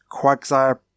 Quagsire